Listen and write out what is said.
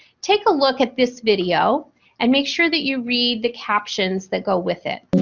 take a look at this video and make sure that you read the captions that go with it.